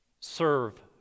Serve